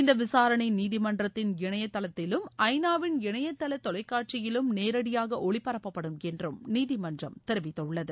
இந்த விசாரணை நீதிமன்றத்தின் இணையதளத்திலும் ஐ நாவின் இணையதள தொலைக்காட்சியிலும் நேரடியாக ஒளிப்பரப்பப்படும் என்றும் நீதிமன்றம் தெரிவித்துள்ளது